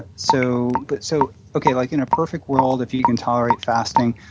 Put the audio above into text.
ah so, but so okay, like in a perfect world if you can tolerate fasting,